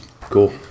Cool